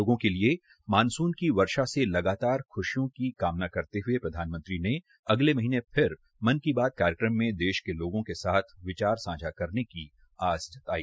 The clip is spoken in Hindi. लोगों के लिए मानसून की वर्षा से लगातार खुशियों की कामना करते हुए प्रधानमंत्री ने अगले महीने फिर मन की बात कार्यक्रम में देश के लोगों के साथ विचार सांझा करने की आस जताई